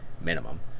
minimum